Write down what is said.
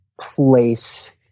place